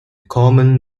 common